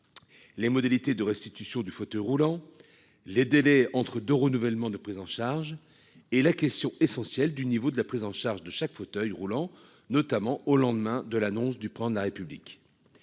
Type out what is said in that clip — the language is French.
Les modalités de restitution du fauteuil roulant, les délais entre deux renouvellement de prise en charge et la question essentielle du niveau de la prise en charge de chaque fauteuil roulant notamment au lendemain de l'annonce du plan de la République.